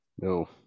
No